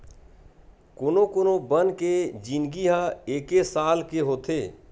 कोनो कोनो बन के जिनगी ह एके साल के होथे